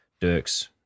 Dirks